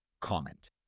comment